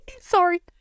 sorry